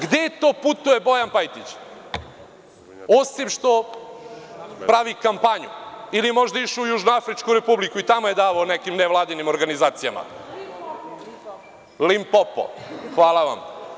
Gde to putuje Bojan Pajtić, osim što pravi kampanju ili je možda išao u Južnoafričku republiku i tamo je davao nekim nevladinim organizacijama, Limpopo, hvala vam.